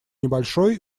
небольшой